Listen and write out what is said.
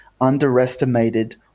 underestimated